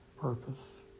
purpose